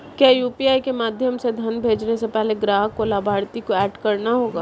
क्या यू.पी.आई के माध्यम से धन भेजने से पहले ग्राहक को लाभार्थी को एड करना होगा?